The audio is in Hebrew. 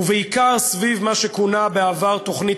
ובעיקר סביב מה שכונה בעבר תוכנית